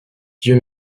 dieu